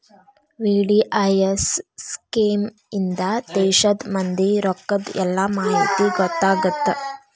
VDIS scheme ಇಂದಾ ದೇಶದ್ ಮಂದಿ ರೊಕ್ಕದ್ ಎಲ್ಲಾ ಮಾಹಿತಿ ಗೊತ್ತಾಗತ್ತ